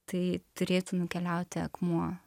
tai turėtų nukeliauti akmuo